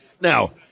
Now –